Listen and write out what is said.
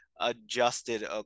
adjusted